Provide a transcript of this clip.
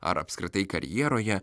ar apskritai karjeroje